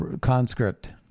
conscript